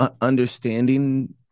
understanding